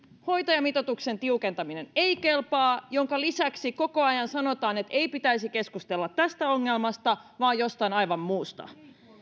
hoitajamitoituksen tiukentaminen ei kelpaa jonka lisäksi koko ajan sanotaan että ei pitäisi keskustella tästä ongelmasta vaan jostain aivan muusta